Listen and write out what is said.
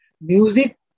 music